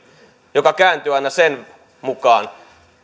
joka kääntyy aina sen mukaan